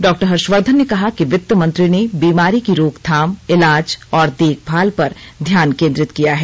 डॉ हर्षवर्धन ने कहा कि वित्त मंत्री ने बीमारी की रोकथाम इलाज और देखभाल पर ध्यान केंद्रित किया है